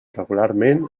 regularment